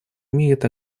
имеет